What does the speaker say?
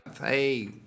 hey